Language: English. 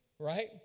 Right